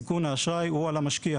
סיכון האשראי הוא על המשקיע;